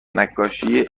نقاشی